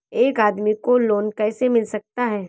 एक आदमी को लोन कैसे मिल सकता है?